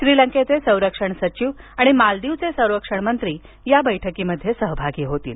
श्रीलंकेचे संरक्षण सचिव आणि मालदीवचे संरक्षण मंत्री या बैठकीत सहभागी होतील